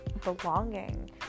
belonging